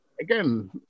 again